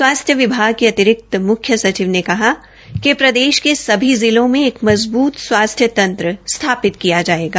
स्वास्थ्य विभाग के अतिरिक्त मुख्य सचिव ने कहा कि प्रदेश के सभी जिलों में एक मजबूत स्वास्थ्य तंत्र स्थापित किया जायेगा